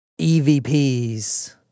EVPs